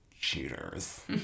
cheaters